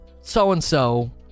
so-and-so